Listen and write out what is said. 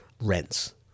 rents